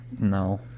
No